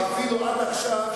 עד עכשיו,